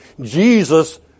Jesus